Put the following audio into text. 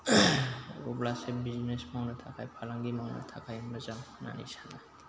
अब्लासो बिजनेस मावनो थाखाय फालांगि मावनो थाखाय मोजां होन्नानै सानो